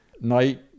night